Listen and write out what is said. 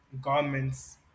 garments